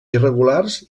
irregulars